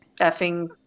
effing